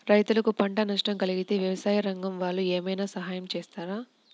రైతులకు పంట నష్టం కలిగితే వ్యవసాయ రంగం వాళ్ళు ఏమైనా సహాయం చేస్తారా?